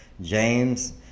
james